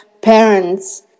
parents